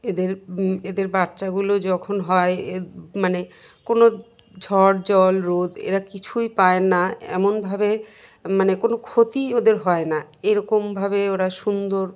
এদের এদের বাচ্চাগুলো যখন হয় এ মানে কোনো ঝড় জল রোদ এরা কিছুই পায় না এমনভাবে মানে কোনো ক্ষতি ওদের হয় না এরকমভাবে ওরা সুন্দর